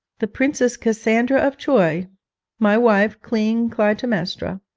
the princess cassandra of troy my wife, queen clytemnestra.